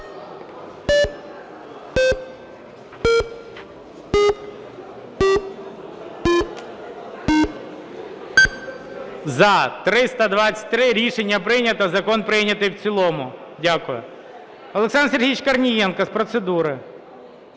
За-323 Рішення прийнято. Закон прийнятий в цілому. Дякую. Олександр Сергійович Корнієнко – з процедури.